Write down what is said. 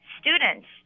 students